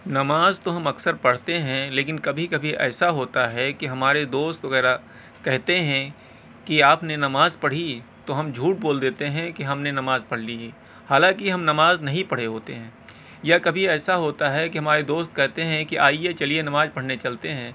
نماز تو ہم اکثر پڑھتے ہیں لیکن کبھی کبھی ایسا ہوتا ہے کہ ہمارے دوست وغیرہ کہتے ہیں کہ آپ نے نماز پڑھی تو ہم جھوٹ بول دیتے ہیں کہ ہم نے نماز پڑھ لی ہے حالانکہ ہم نماز نہیں پڑھے ہوتے ہیں یا کبھی ایسا ہوتا ہے کہ ہمارے دوست کہتے ہیں کہ آئیے چلیے نماز پڑھنے چلتے ہیں